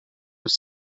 have